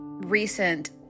Recent